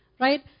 Right